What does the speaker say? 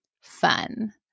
fun